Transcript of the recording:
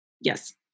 yes